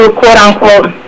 quote-unquote